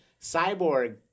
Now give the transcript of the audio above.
Cyborg